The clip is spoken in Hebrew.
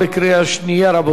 אדוני יושב-ראש הוועדה,